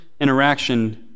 interaction